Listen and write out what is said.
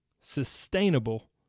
sustainable